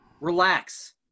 relax